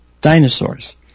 dinosaurs